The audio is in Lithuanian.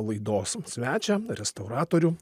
laidos svečią restauratorių